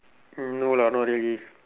mm no lah not really